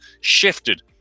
shifted